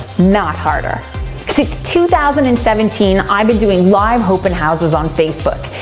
not harder. since two thousand and seventeen, i've been doing live open houses on facebook,